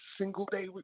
single-day